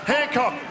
Hancock